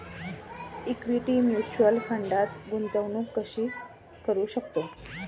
Equity mutual फंडात गुंतवणूक कशी करू शकतो?